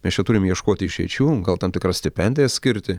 mes čia turim ieškoti išeičių gal tam tikras stipendijas skirti